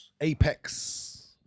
Apex